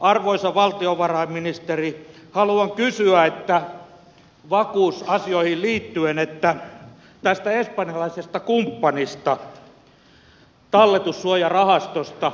arvoisa valtiovarainministeri haluan kysyä vakuusasioihin liittyen tästä espanjalaisesta kumppanista talletussuojarahastosta